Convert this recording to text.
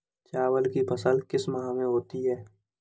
चावल की फसल किस माह में होती है?